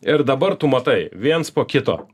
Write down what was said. ir dabar tu matai viens po kito